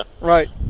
right